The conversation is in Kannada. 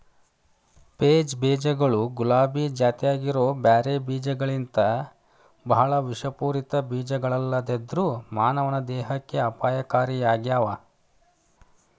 ಪೇಚ್ ಬೇಜಗಳು ಗುಲಾಬಿ ಜಾತ್ಯಾಗಿರೋ ಬ್ಯಾರೆ ಬೇಜಗಳಿಗಿಂತಬಾಳ ವಿಷಪೂರಿತ ಬೇಜಗಳಲ್ಲದೆದ್ರು ಮಾನವನ ದೇಹಕ್ಕೆ ಅಪಾಯಕಾರಿಯಾಗ್ಯಾವ